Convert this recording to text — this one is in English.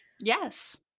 Yes